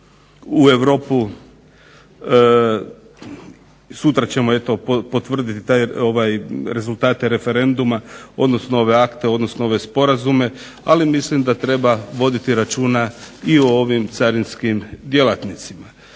u Europu, sutra ćemo eto potvrditi te rezultate referenduma, odnosno ove akte, odnosno ove sporazume, ali mislim da treba voditi računa i o ovim carinskim djelatnicima.